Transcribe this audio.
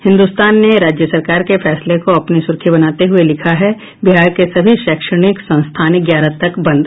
हिन्दुस्तान ने राज्य सरकार के फैसले को अपनी सुर्खी बनाते हुये लिखा है बिहार के सभी शैक्षणिक संस्थान ग्यारह तक बंद